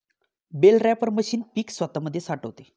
bell wrapper machine पीक स्वतामध्ये साठवते